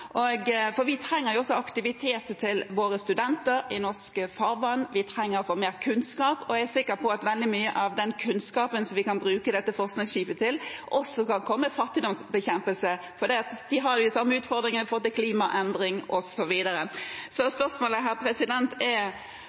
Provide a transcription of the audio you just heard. Vi trenger jo også aktivitet for våre studenter i norske farvann. Vi trenger å få mer kunnskap, og jeg er sikker på at veldig mye av den kunnskapen som vi kan bruke dette forskningsskipet til å innhente, også kan bidra til fattigdomsbekjempelse, løse utfordringer når det gjelder klimaendringer, som disse landene også har,